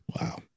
Wow